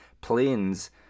Planes